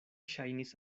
ŝajnis